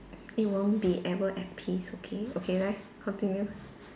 it won't be ever at peace okay okay 来 continue